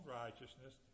righteousness